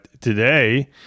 today